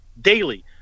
daily